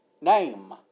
name